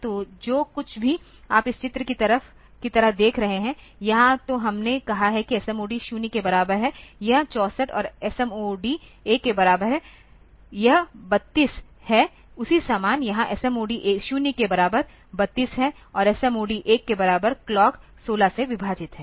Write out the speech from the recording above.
तो जो कुछ भी आप इस चित्र की तरह देख रहे हैं यहाँ तो हमने कहा कि SMOD 0 के बराबर है यह 64 और SMOD 1 के बराबर है यह 32 है उसी समान यहां SMOD 0 के बराबर 32 है और SMOD 1 के बराबर क्लॉक 16 से विभाजित है